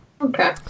okay